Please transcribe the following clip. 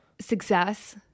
success